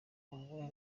ubumwe